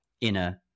inner